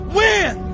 win